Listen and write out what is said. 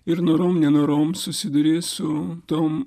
ir norom nenorom susiduri su tom